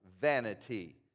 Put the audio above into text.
Vanity